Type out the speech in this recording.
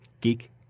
geek